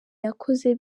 yakoze